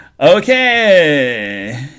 Okay